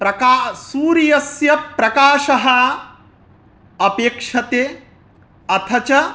प्रका सूर्यस्य प्रकाशः अपेक्ष्यते अथ च